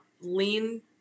lean